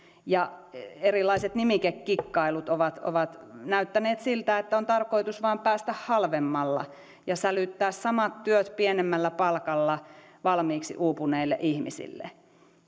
ja erilaiset nimikekikkailut ovat ovat näyttäneet siltä että on tarkoitus vain päästä halvemmalla ja sälyttää samat työt pienemmällä palkalla valmiiksi uupuneille ihmisille